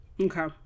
Okay